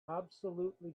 absolutely